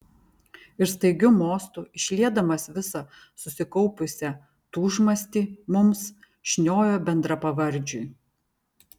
ir staigiu mostu išliedamas visą susikaupusią tūžmastį mums šniojo bendrapavardžiui